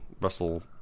Russell